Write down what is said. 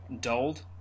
dulled